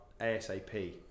ASAP